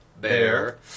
Bear